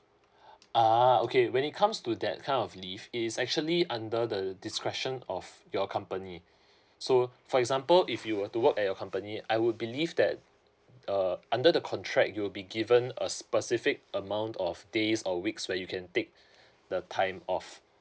ah okay when it comes to that kind of leave it's actually under the discussion of your company so for example if you were to work at your company I would believe that uh under the contract you will be given a specific amount of days or weeks where you can take the time off